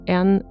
en